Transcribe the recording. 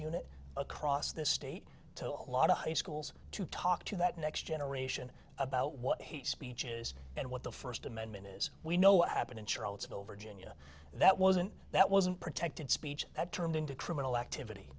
unit across this state to a lot of high schools to talk to that next generation about what hate speech is and what the first amendment is we know what happened in charlottesville virginia that wasn't that wasn't protected speech that turned into criminal activity